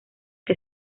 que